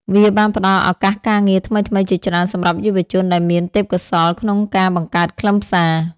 វាបានផ្តល់ឱកាសការងារថ្មីៗជាច្រើនសម្រាប់យុវជនដែលមានទេពកោសល្យក្នុងការបង្កើតខ្លឹមសារ។